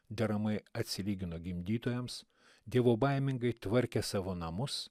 deramai atsilygino gimdytojams dievobaimingai tvarkė savo namus